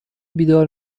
بیدار